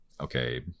okay